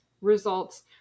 results